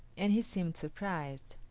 and he seemed surprised.